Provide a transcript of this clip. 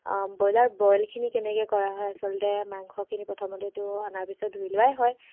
broiler বইলখিনি কেনেকৈ কৰা হয় আচলতে মাংসখিনি প্ৰথমতেটো অনাৰ পিছত ধুই লোৱাই হয়